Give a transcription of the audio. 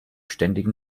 ständigen